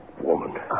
woman